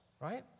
Right